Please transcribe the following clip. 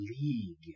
League